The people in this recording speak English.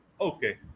Okay